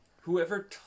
whoever